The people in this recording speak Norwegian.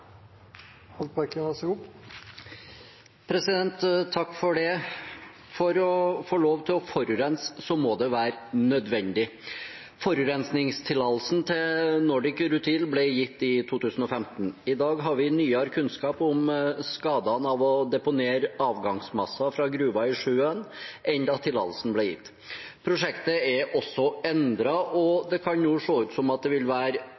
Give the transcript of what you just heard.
Nordic Rutile ble gitt i 2015. I dag har vi nyere kunnskap om skadene av å deponere avgangsmasser fra gruver i sjøen enn da tillatelsen ble gitt. Prosjektet er også endret, og det kan se ut som det vil være